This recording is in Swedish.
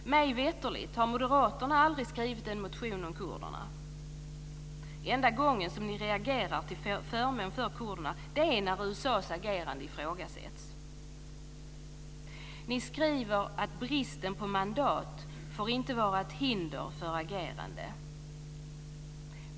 Mig veterligt har Moderaterna aldrig skrivit en motion om kurderna. Enda gången ni reagerar till förmån för kurderna är när USA:s agerande ifrågasätts. Ni skriver att bristen på mandat inte får vara ett hinder för agerande.